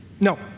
No